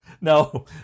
No